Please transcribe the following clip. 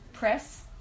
press